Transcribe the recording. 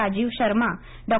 Rajiv Sharma Dr